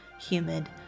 humid